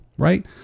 right